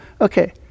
okay